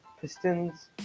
Pistons